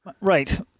Right